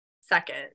second